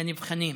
לנבחנים,